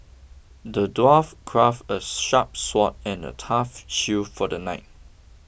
the dwarf crafted a sharp sword and a tough shield for the knight